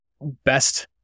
best